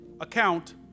account